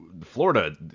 Florida